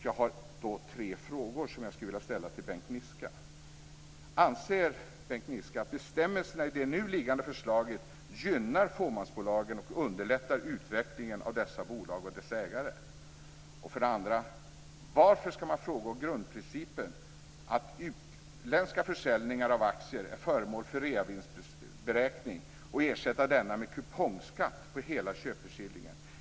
Jag har tre frågor som jag skulle vilja ställa till För det första: Anser Bengt Niska att bestämmelserna i det nu liggande förslaget gynnar fåmansbolagen och underlättar utvecklingen av dessa bolag och deras ägare? För det andra: Varför ska man frångå grundprincipen att utländska försäljningar av aktier är föremål för reavinstberäkning och ersätta denna med kupongskatt på hela köpeskillingen?